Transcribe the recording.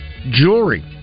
Jewelry